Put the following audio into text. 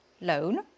loan